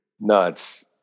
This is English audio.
nuts